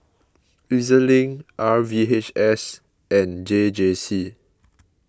E Z Link R V H S and J J C